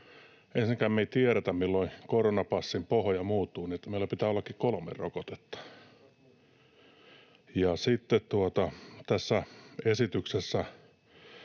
Ensinnäkään me emme tiedä, milloin koronapassin pohja muuttuu niin, että meillä pitää ollakin kolme rokotetta. Sitten tässä esityksessä